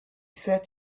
said